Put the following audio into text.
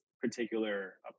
particular